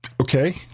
Okay